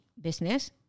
business